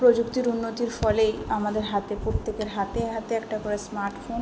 প্রযুক্তির উন্নতির ফলেই আমাদের হাতে প্রত্যেকের হাতে হাতে একটা করে স্মার্টফোন